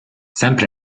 sempre